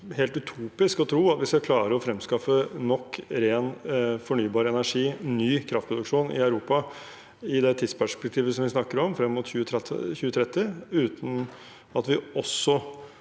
helt utopisk å tro at vi skal klare å fremskaffe nok ren fornybar energi, ny kraftproduksjon, i Europa i det tidsperspektivet som vi snakker om, frem mot 2030, uten at vi også